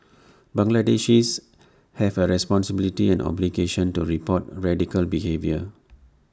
Bangladeshis have A responsibility and obligation to report radical behaviour